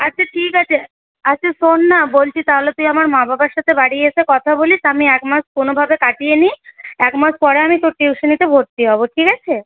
আচ্ছা ঠিক আছে আচ্ছা শোন না বলছি তাহলে তুই আমার মা বাবা সাথে বাড়ি এসে কথা বলিস আমি একমাস কোনোভাবে কাটিয়ে নিই একমাস পরে আমি তোর টিউশনিতে ভর্তি হব ঠিক আছে